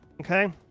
okay